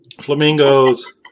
Flamingos